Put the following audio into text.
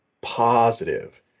positive